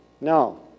No